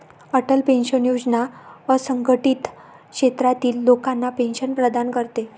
Atal pension योजना असंघटित क्षेत्रातील लोकांना पेन्शन प्रदान करते